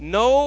no